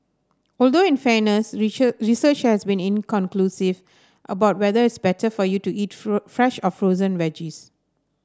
although in fairness research has been inconclusive about whether it's better for you to eat fresh or frozen veggies